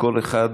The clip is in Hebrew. לכל אחד